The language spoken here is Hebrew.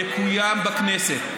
יקוים בכנסת.